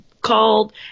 called